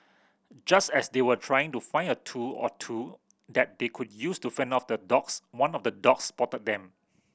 just as they were trying to find a tool or two that they could use to fend off the dogs one of the dogs spotted them